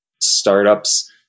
startups